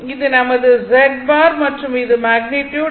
இது நமது மற்றும் இது மேக்னிட்யுட்